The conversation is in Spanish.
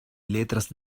letras